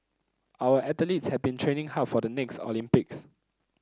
our athletes have been training hard for the next Olympics